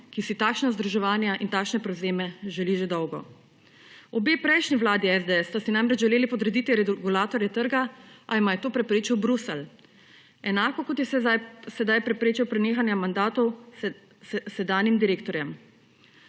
ki si takšna združevanja in takšne prevzeme želi že dolgo. Obe prejšnji vladi SDS sta si namreč želeli podrediti regulatorje trga, a jima je to preprečil Bruselj, enako kot je sedaj preprečil prenehanje mandatov sedanjim direktorjem.